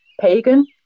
pagan